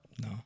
No